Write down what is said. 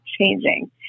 changing